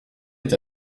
est